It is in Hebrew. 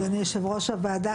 אדוני יושב ראש הוועדה,